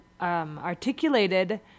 articulated